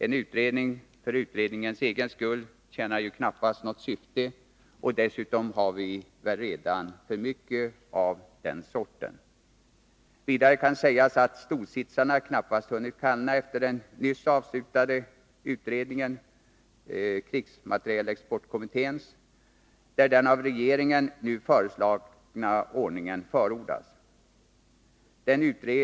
En utredning för utredningens egen skull tjänar knappast något syfte. Dessutom har vi väl redan för mycket av denna sort. Vidare kan sägas att stolsitsarna knappast hunnit kallna efter den nyss avslutade utredningen, krigsmaterielexportkommittén, där den av regeringen nu föreslagna ordningen förordades.